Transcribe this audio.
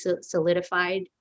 solidified